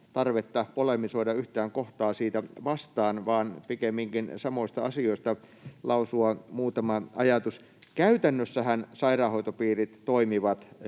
polemisoida yhtään kohtaa sitä vastaan vaan pikemminkin samoista asioista lausua muutama ajatus. Käytännössähän sairaanhoitopiirit toimivat